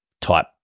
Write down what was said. type